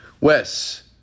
Wes